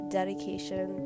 dedication